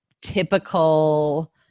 typical